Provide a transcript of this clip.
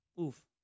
Oof